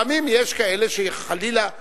לפעמים יש כאלה שחלילה יכולים,